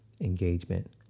engagement